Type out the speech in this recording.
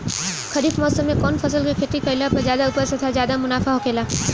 खरीफ़ मौसम में कउन फसल के खेती कइला पर ज्यादा उपज तथा ज्यादा मुनाफा होखेला?